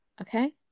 okay